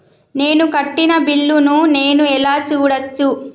నేను కట్టిన బిల్లు ను నేను ఎలా చూడచ్చు?